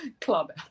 club